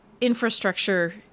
infrastructure